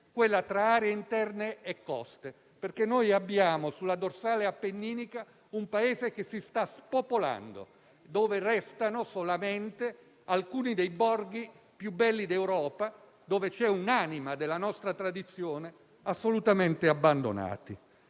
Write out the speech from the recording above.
più, tra aree interne e coste. Abbiamo infatti, sulla dorsale appenninica, un Paese che si sta spopolando, in cui restano solamente alcuni dei borghi più belli d'Europa, dove c'è un'anima della nostra tradizione, assolutamente abbandonati.